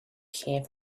care